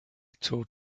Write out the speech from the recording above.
toured